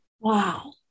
Wow